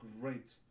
great